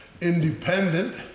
independent